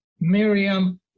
Miriam